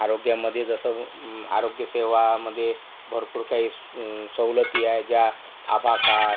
आरोग्यामधे जसं आरोग्यसेवामधे भरपूर काही सवलती आहे ज्या आभा काळ